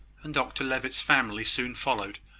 and dr levitt's family soon followed.